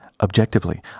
Objectively